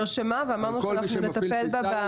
והיא נרשמה ואמרנו שנטפל בה.